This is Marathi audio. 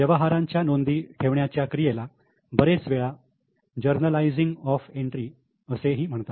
व्यवहारांच्या नोंदी ठेवण्याच्या क्रियेला बरेच वेळा 'जर्नलयझिंग ऑफ एंट्री' असेही म्हणतात